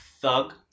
thug